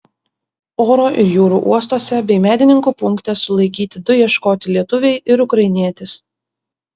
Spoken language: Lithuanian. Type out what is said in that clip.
oro ir jūrų uostuose bei medininkų punkte sulaikyti du ieškoti lietuviai ir ukrainietis